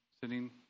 sitting